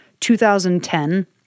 2010